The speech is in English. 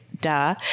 Duh